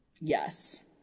Yes